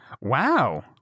Wow